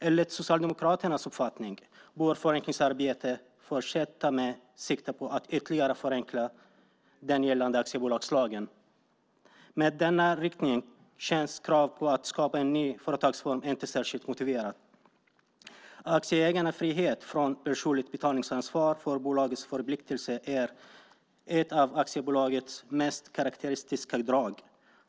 Enligt Socialdemokraternas uppfattning bör förenklingsarbetet fortsätta med sikte på att ytterligare förenkla den gällande aktiebolagslagen. Med denna inriktning känns krav på att skapa en ny företagsform inte särskilt motiverat. Aktieägarnas frihet från personligt betalningsansvar för bolagets förpliktelser är ett av aktiebolagets mest karakteristiska drag.